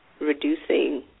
reducing